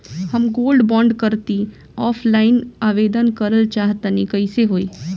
हम gold bond करंति offline आवेदन करल चाह तनि कइसे होई?